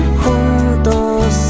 juntos